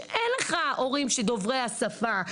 שאין לך הורים שהם דוברי השפה,